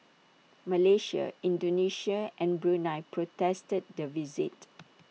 Malaysia Indonesia and Brunei protested the visit